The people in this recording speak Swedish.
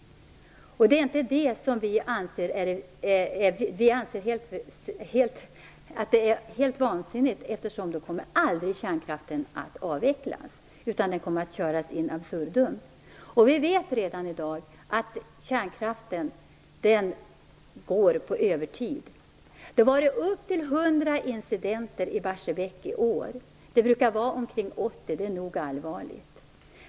Vi anser att detta är helt vansinnigt, eftersom då kommer kärnkraften aldrig att avvecklas. Den kommer att köras vidare in absurdum. Vi vet redan i dag att kärnkraften går på övertid. Det har varit ungefär 100 incidenter i Barsebäck i år. Det brukar vara omkring 80. Det är nog allvarligt.